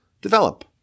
Develop